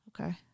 Okay